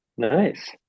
nice